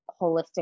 holistic